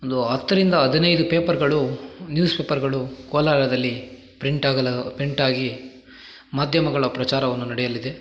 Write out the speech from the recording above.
ಒಂದು ಹತ್ತರಿಂದ ಹದಿನೈದು ಪೇಪರ್ಗಳು ನ್ಯೂಸ್ ಪೇಪರ್ಗಳು ಕೋಲಾರದಲ್ಲಿ ಪ್ರಿಂಟಾಗಲು ಪ್ರಿಂಟಾಗಿ ಮಾಧ್ಯಮಗಳ ಪ್ರಚಾರವನ್ನು ನಡೆಯಲಿದೆ